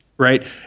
right